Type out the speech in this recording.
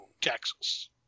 Texas